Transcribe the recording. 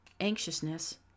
anxiousness